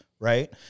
Right